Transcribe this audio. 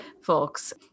folks